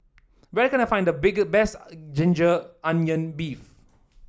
where can I find the big best ginger onion beef